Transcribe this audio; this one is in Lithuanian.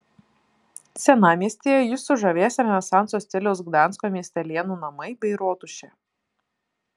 senamiestyje jus sužavės renesanso stiliaus gdansko miestelėnų namai bei rotušė